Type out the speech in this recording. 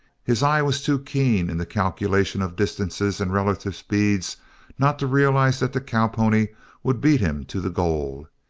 his eye was too keen in the calculation of distances and relative speeds not to realize that the cowpony would beat him to the goal,